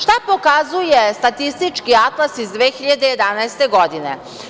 Šta pokazuje Statistički atlas iz 2011. godine?